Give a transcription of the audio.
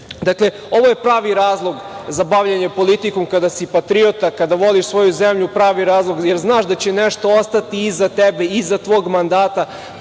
imaju. Ovo je pravi razlog za bavljenje politikom kada si patriota, kada voliš svoju zemlju, pravi razlog, jer znaš da će nešto ostati iza tebe, iza tvog mandata